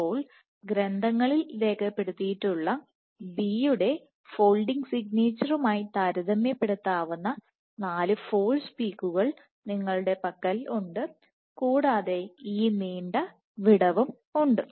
അപ്പോൾ ഗ്രന്ഥങ്ങളിൽ രേഖപ്പെടുത്തിയിട്ടുള്ള B യുടെ ഫോൾഡ്ഡിങ് സിഗ്നേച്ചറുമായി താരതമ്യപ്പെടുപെടുത്താവുന്ന 4 ഫോഴ്സ് പീക്കുകൾ കൂടാതെ ഈ നീണ്ട വിടവും നിങ്ങളുടെ പക്കൽ ഉണ്ട്